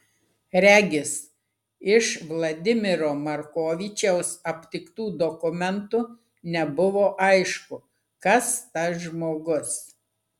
regis iš vladimiro markovičiaus aptiktų dokumentų nebuvo aišku kas tas žmogus